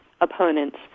opponents